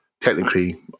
technically